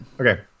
Okay